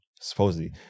supposedly